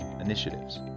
initiatives